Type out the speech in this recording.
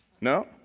No